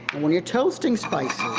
when you're toasting spices,